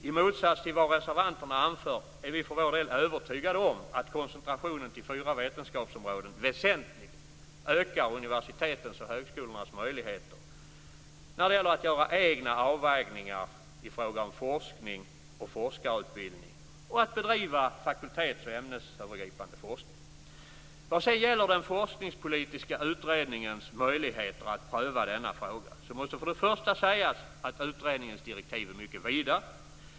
I motsats till vad reservanterna anför, är vi för vår del övertygade om att koncentrationen till fyra vetenskapsområden väsentligt ökar universitetens och högskolornas möjligheter när det gäller att göra egna avvägningar i fråga om forskning och forskarutbildning samt att bedriva fakultets och ämnesövergripande forskning. Vad sedan gäller den forskningspolitiska utredningens möjligheter att pröva denna fråga, måste för det första sägas att utredningens direktiv är mycket vida.